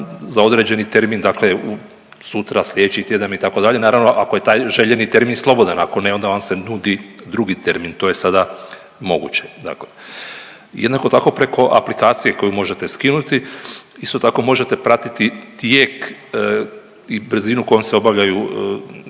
za određeni termin, dakle sutra, sljedeći tjedan itd. naravno ako je taj željeni termin slobodan. Ako ne, onda vam se nudi drugi termin, to je sada moguće, dakle. Jednako tako preko aplikacije koju možete skinuti isto tako možete pratiti tijek i brzinu kojom se obavljaju